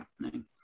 happening